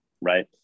right